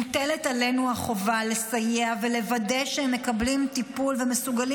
מוטלת עלינו החובה לסייע ולוודא שהם מקבלים טיפול ומסוגלים